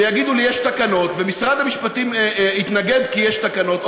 ויגידו לי: יש תקנות ומשרד המשפטים יתנגד כי יש תקנות,